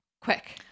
quick